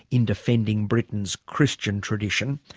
in defending britain's christian tradition,